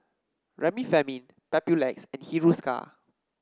Remifemin Papulex and Hiruscar